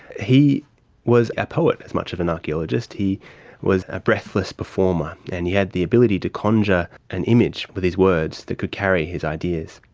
he was a poet as much as an archaeologist. he was a breathless performer and he had the ability to conjure an image with his words that could carry his ideas.